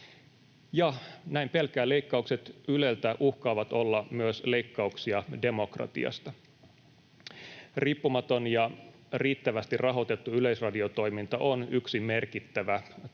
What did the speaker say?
näin pelkään: leikkaukset Yleltä uhkaavat olla myös leikkauksia demokratiasta. Riippumaton ja riittävästi rahoitettu yleisradiotoiminta on yksi merkittävä tae